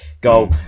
goal